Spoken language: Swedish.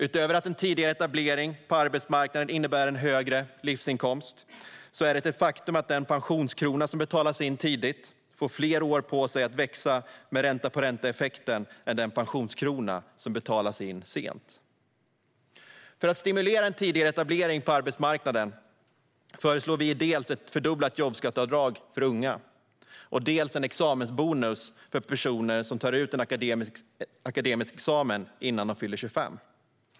Utöver att en tidigare etablering på arbetsmarknaden innebär högre livsinkomst är det ett faktum att den pensionskrona som betalas in tidigt får fler år på sig att växa med ränta-på-ränta-effekten än den pensionskrona som betalas in sent. För att stimulera en tidigare etablering på arbetsmarknaden föreslår vi dels ett fördubblat jobbskatteavdrag för unga, dels en examensbonus för personer som tar ut en akademisk examen innan de fyller 25.